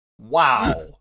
Wow